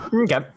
Okay